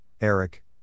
Eric